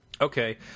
Okay